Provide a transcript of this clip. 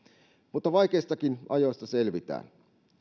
mutta vaikeistakin ajoista selvitään